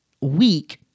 weak